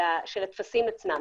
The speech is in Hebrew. של הטפסים עצמם.